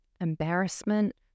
embarrassment